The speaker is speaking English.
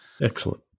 Excellent